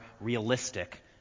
realistic